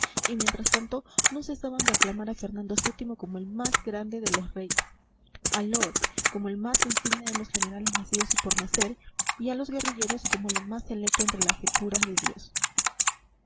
y mientras tanto no cesaban de aclamar a fernando vii como el más grande de los reyes al lord como el más insigne de los generales nacidos y por nacer y a los guerrilleros como lo más selecto entre las hechuras de dios